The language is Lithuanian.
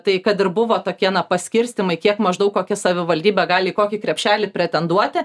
tai kad ir buvo tokie na paskirstymai kiek maždaug kokia savivaldybė gali į kokį krepšelį pretenduoti